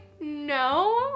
no